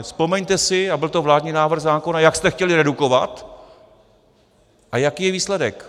Vzpomeňte si, a byl to vládní návrh zákona, jak jste chtěli redukovat a jaký je výsledek.